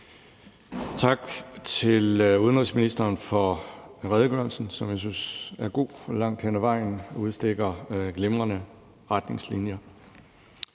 Tak til udenrigsministeren for redegørelsen, som jeg synes er god langt hen ad vejen og udstikker glimrende retningslinier.